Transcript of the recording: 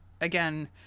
again